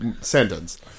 sentence